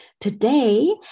today